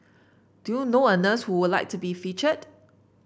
do you know a nurse who would like to be featured